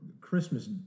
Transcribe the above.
Christmas